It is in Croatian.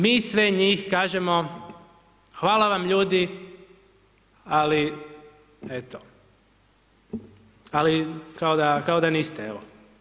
Mi sve njih, kažemo, hvala vam ljudi, ali, eto, ali kao da niste, evo.